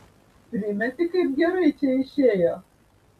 primeti kaip gerai čia išėjo